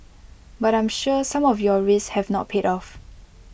but I'm sure some of your risks have not paid off